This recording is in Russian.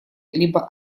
либо